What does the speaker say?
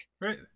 right